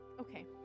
okay